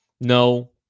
No